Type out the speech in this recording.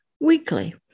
weekly